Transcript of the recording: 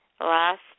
Last